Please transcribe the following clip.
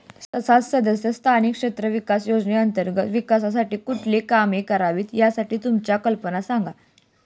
संसद सदस्य स्थानिक क्षेत्र विकास योजने अंतर्गत विकासासाठी कुठली कामे करावीत, यासाठी तुमच्या कल्पना सांगा